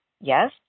Yes